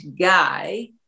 guy